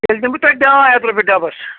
تیٚلہِ دِمہٕ بہٕ تۄہہ ڈاے ہَتھ رۄپیٚہِ ڈَبَس